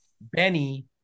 Benny